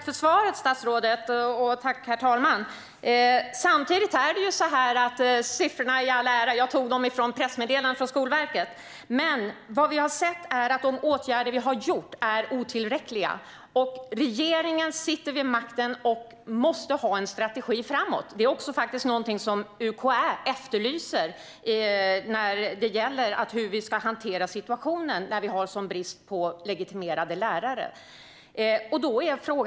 Herr talman! Tack för svaret, statsrådet! Siffror i all ära - jag tog dem för övrigt från Skolverkets pressmeddelande - vad vi har sett är att de åtgärder som vi har vidtagit är otillräckliga. Regeringen sitter vid makten och måste ha en strategi framåt för hur vi ska hantera situationen när vi har en sådan brist på legitimerade lärare. Detta är också något som UKÄ efterlyser.